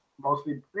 mostly